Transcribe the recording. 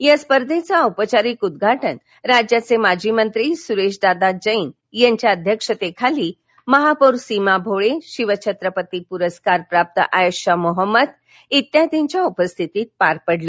या स्पर्धेचे औपचारिक उद्घाटन राज्याचे माजी मंत्री सुरेश दादा जेन यांच्या अध्यक्षतेखाली महापौर सीमा भोळे शिवछत्रपती पुरस्कार प्राप्त आयशा मोहम्मद यांच्या प्रमुख उपस्थितीत पार पडले